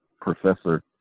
professor